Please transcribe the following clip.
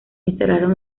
instalaron